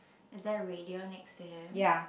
is there a radio next to him